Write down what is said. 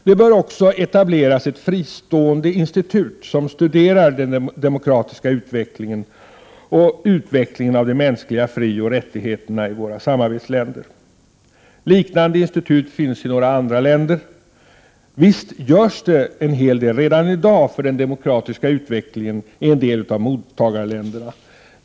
Det bör etableras ett fristående institut som studerar den demokratiska utvecklingen och utvecklingen av de mänskliga frioch rättigheterna i våra samarbetsländer. Liknande institut finns i några andra länder. Visst görs det en hel del redan i dag för den demokratiska utvecklingen i en del av våra mottagarländer.